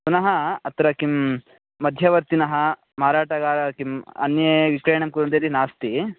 पुनः अत्र किं मध्यवर्तिनः माराटगारः किम् अन्ये विक्रयणं कुर्वन्ति इति नास्ति